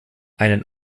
einen